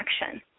action